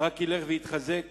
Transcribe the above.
רק ילך ויתחזק